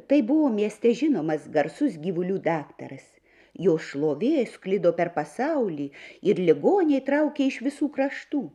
tai buvo mieste žinomas garsus gyvulių daktaras jo šlovė sklido per pasaulį ir ligoniai traukė iš visų kraštų